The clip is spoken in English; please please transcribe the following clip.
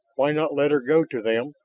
why not let her go to them,